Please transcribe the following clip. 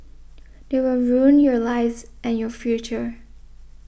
they will ruin your lives and your future